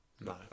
No